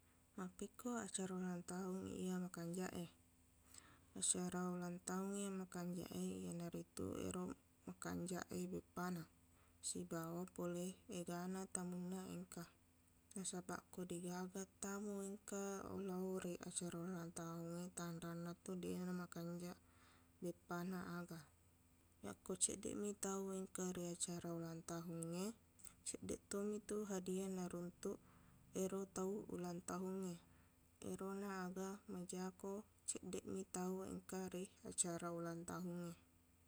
Mappekko acara ulang tahung iya makanjaq e acara ulang tahung makanjaq e iyanaritu ero makanjaq e beppana sibawa pole egana tamunna engka nasabaq ko deqgaga tamu engka olaori acara tahungnge tanrannatu deqna namakanjaq beppana aga yakko ceddeqmi tau engka ri acara ulang tahungnge ceddeqtomitu hadiah naruntuk ero tau ulang tahungnge erona aga majaq ko ceddeqmi tau engka ri acara ulang tahungnge